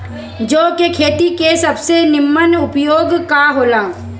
जौ के खेती के सबसे नीमन उपाय का हो ला?